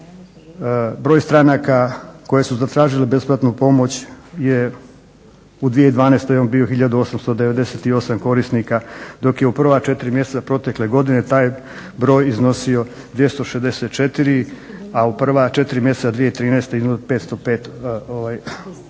broj stranaka koje su zatražile besplatnu pomoć je u 2012. on bio 1898 korisnika, dok je u prva četiri mjeseca protekle godine taj broj iznosio 264, a u prva četiri mjeseca 2013. 505 korisnika.